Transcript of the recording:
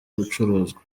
gucuruzwa